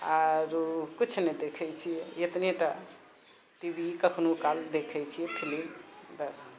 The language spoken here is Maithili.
आरु किछु नहि देखै छिऐ इतने टा टी वी कखनो काल देखै छिऐ फिलिम बस